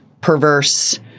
perverse